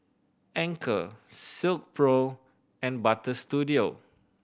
Anchor Silkpro and Butter Studio